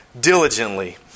Diligently